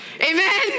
Amen